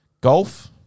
golf